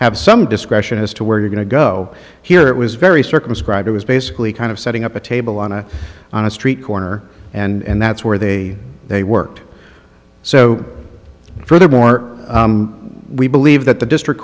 have some discretion as to where you're going to go here it was very circumscribed it was basically kind of setting up a table on a on a street corner and that's where they they worked so furthermore we believe that the district